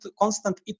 constant